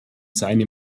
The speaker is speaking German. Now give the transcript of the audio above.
seine